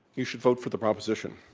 you should vote for the proposition?